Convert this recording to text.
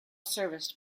serviced